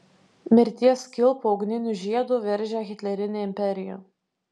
mirties kilpa ugniniu žiedu veržė hitlerinę imperiją